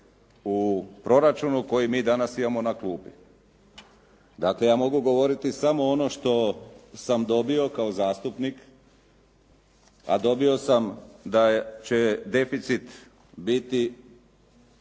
U proračunu koji mi danas imamo na klupi. Dakle, ja mogu govoriti samo ono što sam dobio kao zastupnik, a dobio sam da će deficit biti